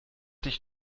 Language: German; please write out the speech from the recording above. dich